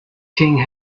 king